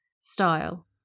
style